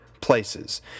places